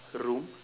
room